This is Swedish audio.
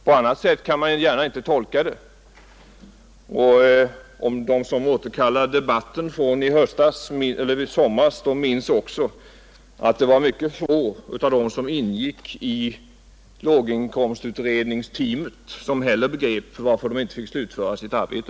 På annat sätt kan man inte gärna tolka det. De som minns debatten från i somras minns väl också att det inte heller var många av dem som ingick i låginkomstutredningsteamet som begrep varför de inte fick slutföra sitt arbete.